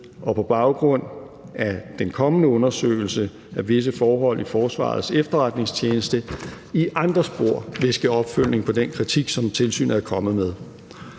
og på baggrund af den kommende undersøgelse af visse forhold i Forsvarets Efterretningstjeneste i andre spor vil ske opfølgning på den kritik, som tilsynet er kommet med.